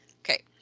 Okay